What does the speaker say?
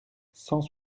cent